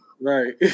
Right